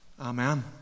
Amen